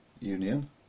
Union